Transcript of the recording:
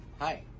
hi